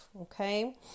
Okay